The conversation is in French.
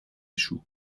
échoue